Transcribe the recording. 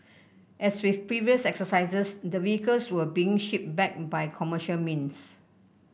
as with previous exercises the vehicles were being shipped back by commercial means